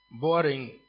boring